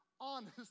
honest